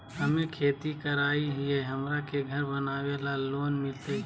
हमे खेती करई हियई, हमरा के घर बनावे ल लोन मिलतई?